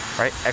right